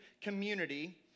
community